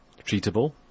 treatable